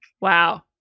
Wow